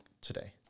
today